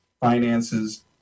finances